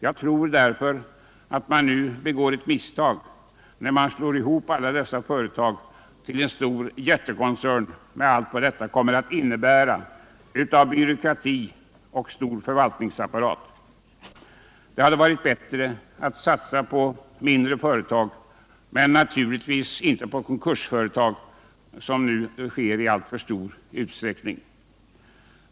Jag tror därför att man nu begår ett misstag när man slår ihop alla dessa företag till en jättekoncern med allt vad detta kommer att innebära av byråkrati och stor förvaltningsapparat. Det hade varit bättre att satsa på mindre företag — men naturligtvis inte på konkursföretag, som nu sker i alltför stor utsträckning.